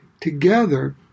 together